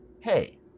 Hey